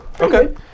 Okay